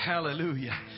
Hallelujah